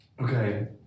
Okay